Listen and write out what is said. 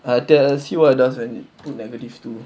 aduh see what it does when put negative two